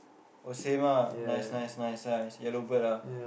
oh same ah nice nice nice nice yellow bird ah